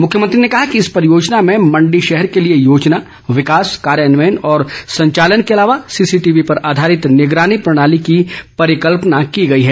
मुख्यमंत्री ने कहा कि इस परियोजना में मंडी शहर के लिए योजना विकास कार्यान्वयन और संचालन के अलावा सीसीटीवी पर आधारित निगरानी प्रणाली की परिकल्पना की गई है